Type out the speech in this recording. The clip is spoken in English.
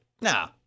nah